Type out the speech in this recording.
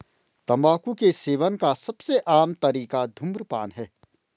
तम्बाकू के सेवन का सबसे आम तरीका धूम्रपान है